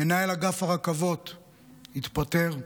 מנהל אגף הרכבות התפטר,